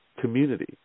community